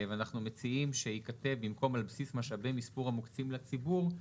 ואנחנו מציעים שייכתב במקום על בסיס משאבי מספור המוקצים לציבור,